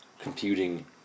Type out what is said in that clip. computing